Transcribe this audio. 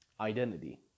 identity